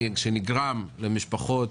שנגרם למשפחות